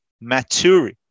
mature